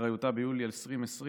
לאחריותה ביולי 2020,